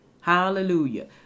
Hallelujah